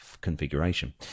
configuration